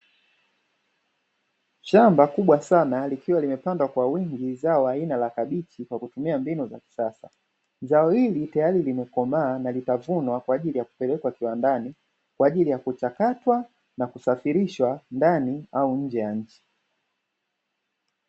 Shamba kubwa sana likiwa limepandwa kwa wingi ni zao la aina la kabichi kwa kutumia mbinu za kisasa. Zao hili tayari limekomaa na linavunwa kwa ajili ya kupelekwa kiwandani kwa ajili ya kuchakatwa na kusafirishwa ndani au nje ya nchi.